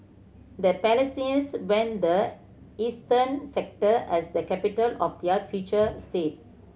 the Palestinians when the eastern sector as the capital of their future state